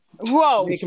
whoa